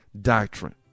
doctrine